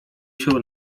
się